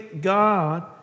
God